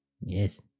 Yes